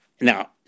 now